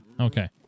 Okay